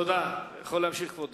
אתה יכול להמשיך, כבודו.